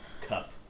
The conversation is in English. Cup